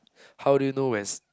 how do you know when's